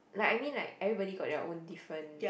like I mean like everybody got their own different